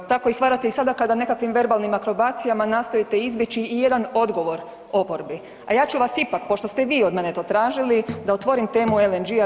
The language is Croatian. Tako ih varate i sada kada nekakvim verbalnim akrobacijama nastojite izbjeći i jedan odgovor oporbi, a ja ću vas ipak pošto ste vi od mene to tražili da otvorim temu LNG-a.